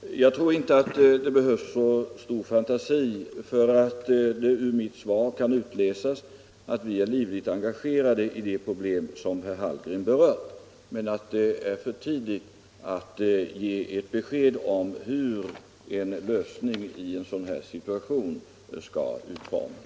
Herr talman! Jag tror inte att man behöver så stor fantasi för att ur mitt svar kunna utläsa att vi är livligt engagerade i de problem som herr Hallgren berör men att det är för tidigt att ge besked om hur en lösning i en sådan här situation skall utformas.